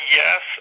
yes